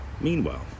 meanwhile